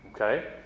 okay